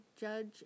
judge